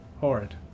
horrid